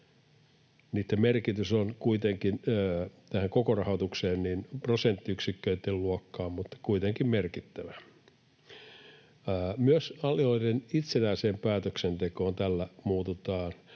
Niitten merkitys on kuitenkin tässä koko rahoituksessa prosenttiyksiköitten luokkaa, mutta kuitenkin merkittävä. Myös alueiden itsenäiseen päätöksentekoon tällä puututaan